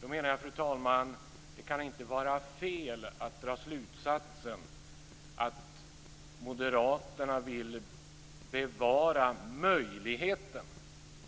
Jag menar, fru talman, att det inte kan vara fel att dra slutsatsen att Moderaterna vill bevara möjligheten